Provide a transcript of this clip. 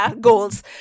Goals